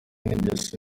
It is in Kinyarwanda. n’ingeso